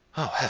oh,